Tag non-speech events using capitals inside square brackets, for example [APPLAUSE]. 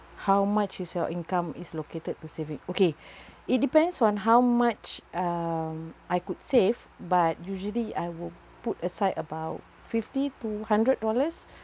how much is your income is located to saving okay [BREATH] it depends on how much um I could save but usually I will put aside about fifty to hundred dollars